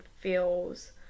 feels